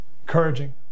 encouraging